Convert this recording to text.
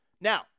Now